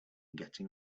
getting